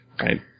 right